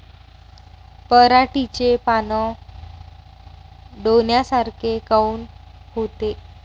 पराटीचे पानं डोन्यासारखे काऊन होते?